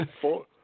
four